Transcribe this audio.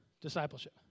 discipleship